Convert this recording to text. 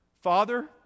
father